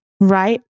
right